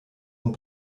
und